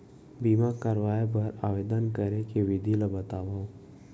बीमा करवाय बर आवेदन करे के विधि ल बतावव?